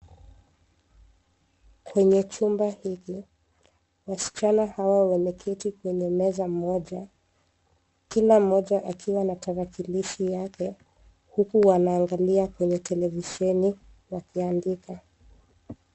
Kwenye chumba hiki, wasichana hawa wameketi kwenye meza moja kila mmoja akiwa na tarakilishi yake huku wanaangalia kwenye televisheni wakiandika.